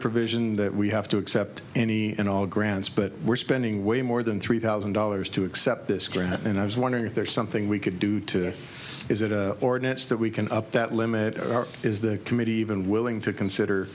provision that we have to accept any and all grants but we're spending way more than three thousand dollars to accept this grant and i was wondering if there's something we could do to is it ordinance that we can up that limit or is the committee even willing to consider